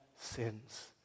sins